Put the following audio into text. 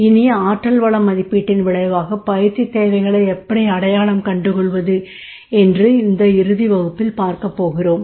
இனி ஆற்றல் வள மதிப்பீட்டின் விளைவாகப் பயிற்சித் தேவைகளை அடையாளம் கண்டுகொள்வது எப்படி என்று இந்த இறுதி வகுப்பில் பார்க்கப்போகிறோம்